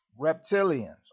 Reptilians